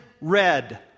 red